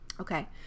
Okay